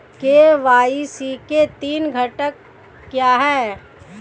KYC के तीन घटक क्या हैं?